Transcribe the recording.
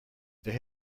there